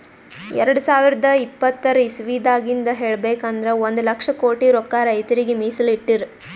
ಎರಡ ಸಾವಿರದ್ ಇಪ್ಪತರ್ ಇಸವಿದಾಗಿಂದ್ ಹೇಳ್ಬೇಕ್ ಅಂದ್ರ ಒಂದ್ ಲಕ್ಷ ಕೋಟಿ ರೊಕ್ಕಾ ರೈತರಿಗ್ ಮೀಸಲ್ ಇಟ್ಟಿರ್